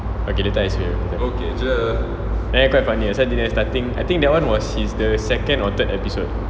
okay later I show you then quite funny I saw dia nya starting that was his like second or third episode